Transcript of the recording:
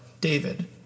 David